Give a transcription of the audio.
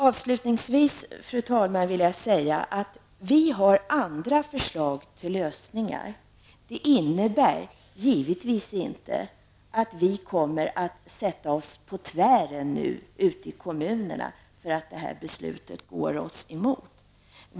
Avslutningsvis vill jag, fru talman, säga att detta att vi har andra förslag till lösningar givetvis inte innebär att vi kommer att sätta oss på tvären ute i kommunerna, om beslutet går oss emot.